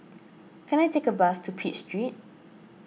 can I take a bus to Pitt Street